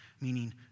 meaning